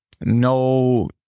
no